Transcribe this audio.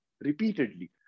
repeatedly